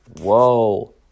Whoa